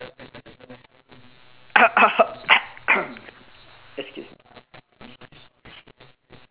excuse me